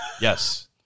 Yes